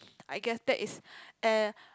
I guess that is a